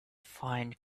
find